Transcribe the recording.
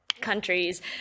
countries